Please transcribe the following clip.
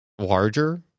larger